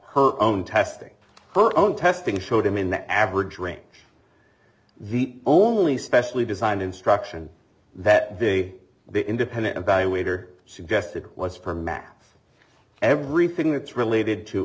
her own testing her own testing showed him in the average range the only specially designed instruction that day the independent valuate are suggested once per math everything that's related to